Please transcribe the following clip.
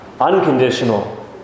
unconditional